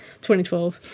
2012